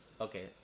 Okay